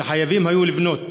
שחייבים היו לבנות.